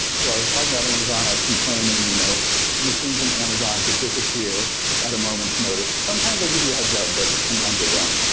so i was talking about amazon. i was complaining, you know machines in amazon could disappear at a moment's notice. sometimes they give you a heads up, but sometimes they don't.